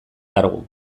kargu